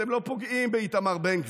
אתם לא פוגעים באיתמר בן גביר.